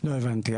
לא הבנתי.